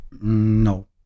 no